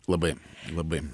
labai labai